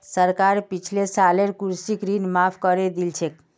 सरकार पिछले सालेर कृषि ऋण माफ़ करे दिल छेक